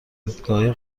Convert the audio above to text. دیدگاههای